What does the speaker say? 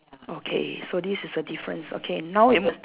okay so this is the difference okay now we m~